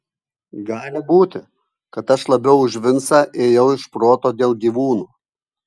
gali būti kad aš labiau už vincą ėjau iš proto dėl gyvūnų